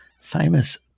famous